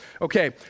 Okay